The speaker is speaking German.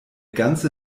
ganze